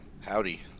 Howdy